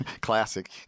Classic